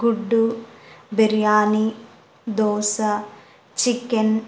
గుడ్డు బిర్యానీ దోశ చికెన్